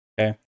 okay